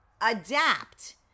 adapt